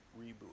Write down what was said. reboot